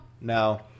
No